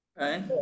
right